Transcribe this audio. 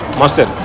master